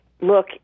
look